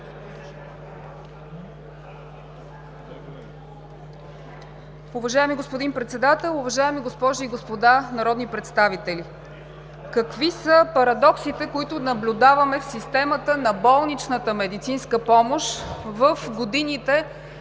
Уважаеми господин Председател, уважаеми госпожи и господа народни представители! Какви са парадоксите, които наблюдаваме в системата на болничната медицинска помощ в годините